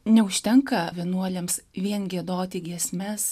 neužtenka vienuoliams vien giedoti giesmes